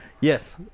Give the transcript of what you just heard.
Yes